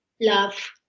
Love